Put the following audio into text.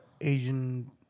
Asian